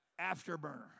Afterburner